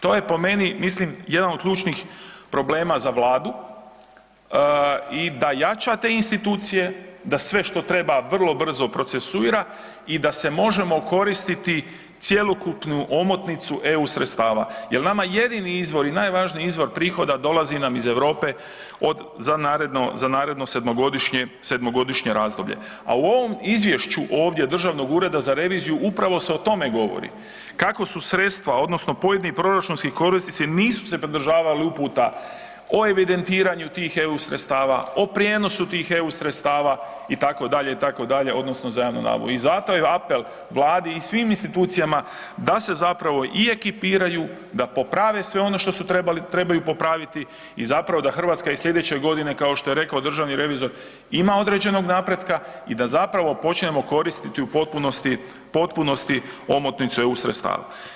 To je po meni mislim jedan od ključnih problema za Vladu i da jača te institucije, da sve što treba, vrlo brzo procesuira i da možemo koristiti cjelokupnu omotnicu EU sredstava jer nama jedini izvori i najvažniji izvor prihoda dolazi nam iz Europe za naredno sedmogodišnje razdoblje a u ovom izvješću ovdje Državnog ureda za reviziju, upravo se o tome govori, kako su sredstva odnosno pojedini proračunski korisnici nisu se pridržavali uputa o evidentiranju tih EU sredstava, o prijenosu tih Eu sredstava itd., itd., odnosno za javnu nabavu i zato je apel Vladi i svim institucijama da se zapravo i ekipiraju, da poprave sve ono što trebaju popraviti i zapravo da Hrvatska i slijedeće godine kao što je rekao državni revizor, ima određenog napretka i da zapravo počnemo koristiti u potpunosti omotnicu EU sredstava.